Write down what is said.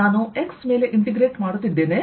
ನಾನು x ಮೇಲೆ integrate ಮಾಡುತ್ತಿದ್ದೇನೆ